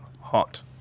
hot